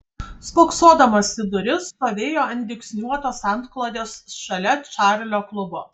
spoksodamas į duris stovėjo ant dygsniuotos antklodės šalia čarlio klubo